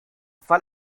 fall